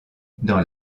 dans